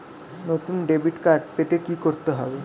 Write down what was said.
নতুন debit card পেতে কী করতে হবে?